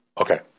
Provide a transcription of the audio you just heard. Okay